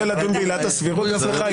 רוצה לדון בעילת הסבירות אצלך?